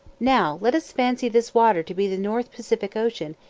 now let us fancy this water to be the north-pacific ocean,